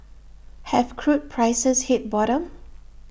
have crude prices hit bottom